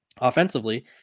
offensively